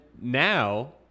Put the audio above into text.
now